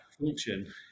function